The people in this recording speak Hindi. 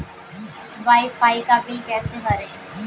वाई फाई का बिल कैसे भरें?